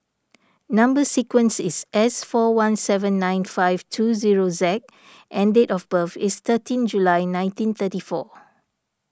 Number Sequence is S four one seven nine five two zero Z and date of birth is thirteen July nineteen thirty four